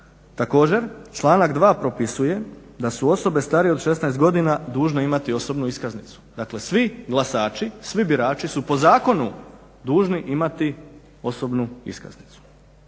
Također članak 2.propisuje da su osobe starije od 16 godina dužne imati osobnu iskaznicu. Dakle svi glasači, svi birači su po zakonu dužni imati osobnu iskaznicu.